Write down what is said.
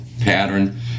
pattern